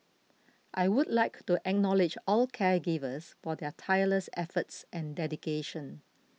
I would like to acknowledge all caregivers for their tireless efforts and dedication